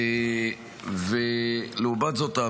לעומת זאת,